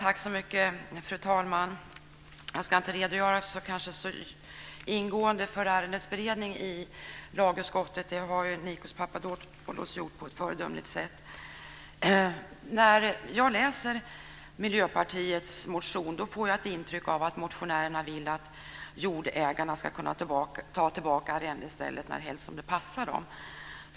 Fru talman! Jag ska kanske inte redogöra så ingående för ärendets beredning i lagutskottet. Det har Nikos Papadopoulos gjort på ett föredömligt sätt. När jag läser Miljöpartiets motion får jag ett intryck att motionärerna vill att jordägarna ska kunna ta tillbaka arrendestället närhelst det passar dem.